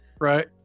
right